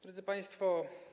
Drodzy Państwo!